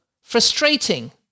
frustrating